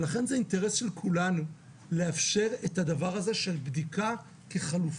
לכן זה אינטרס של כולנו לאפשר את הדבר הזה של בדיקה כחלופה,